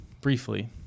briefly